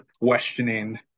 questioning